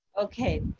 Okay